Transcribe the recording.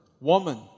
Woman